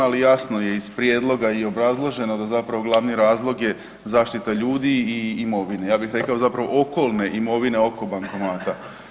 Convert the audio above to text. Ali jasno je iz prijedloga i obrazloženo da zapravo glavni razlog je zaštita ljudi i imovine, ja bih rekao zapravo okolne imovine oko bankomata.